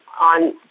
on